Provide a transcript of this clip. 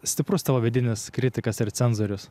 stiprus tavo vidinis kritikas ir cenzorius